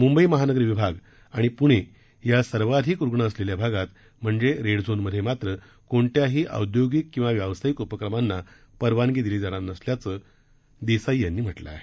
मुंबई महानगर विभाग आणि पुणे या सर्वाधिक रुग्ण असलेल्या भागात म्हणजे लाल क्षेत्रामध्ये मात्र कोणत्याही औद्योगिक किंवा व्यावसायिक उपक्रमांना परवानगी दिली जाणार नसल्याचं उद्योग मंत्री देसाई यांनी म्हटलं आहे